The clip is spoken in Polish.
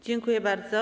Dziękuję bardzo.